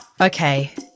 Okay